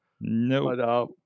no